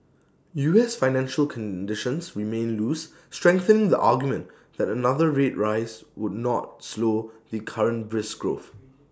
us financial conditions remain loose strengthening the argument that another rate rise would not slow the current brisk growth